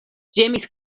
ĝemis